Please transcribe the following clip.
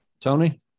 tony